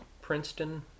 Princeton